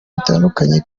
bitandukanye